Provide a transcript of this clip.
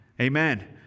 Amen